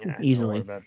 easily